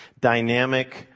dynamic